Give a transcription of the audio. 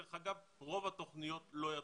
דרך אגב, רוב התוכניות לא יתחילו,